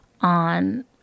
on